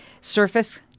Surface